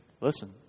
Listen